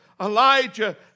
Elijah